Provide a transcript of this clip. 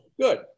good